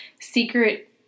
secret